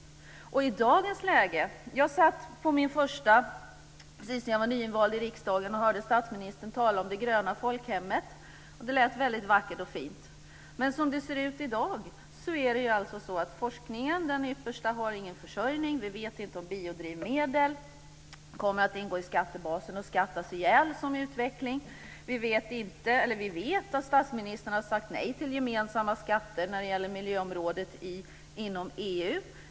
Jag satt när jag var precis nyinvald i riksdagen och hörde statsministern tala om det gröna folkhemmet, och det lät väldigt vackert och fint. Men hur ser det ut i dag? Jo, den yppersta forskningen har ingen försörjning. Vi vet inte om biodrivmedel kommer att ingå i skattebasen så att den utvecklingen skattas ihjäl. Vi vet att statsministern har sagt nej till gemensamma skatter på miljöområdet inom EU.